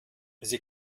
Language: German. sie